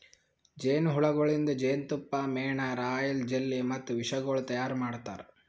ಜೇನು ಹುಳಗೊಳಿಂದ್ ಜೇನತುಪ್ಪ, ಮೇಣ, ರಾಯಲ್ ಜೆಲ್ಲಿ ಮತ್ತ ವಿಷಗೊಳ್ ತೈಯಾರ್ ಮಾಡ್ತಾರ